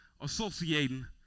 associating